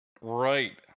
right